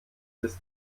ist